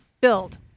build